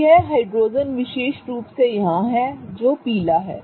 तो यह हाइड्रोजन विशेष रूप से यहां है पीला ठीक है